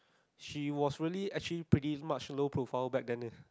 she was really actually pretty much low profile back then leh